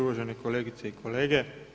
Uvažene kolegice i kolege.